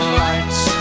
lights